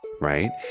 right